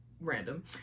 random